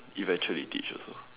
eventually teach also